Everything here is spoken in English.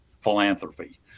philanthropy